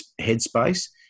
headspace